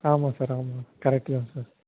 ஆமாம் சார் ஆமாம் கரெக்ட்டு தான் சார்